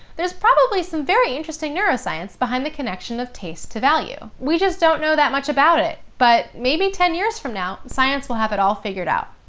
there's probably some very interesting neuroscience behind the connection of taste to value. we just don't know that much about it, but maybe ten years from now, science will have it all figured out!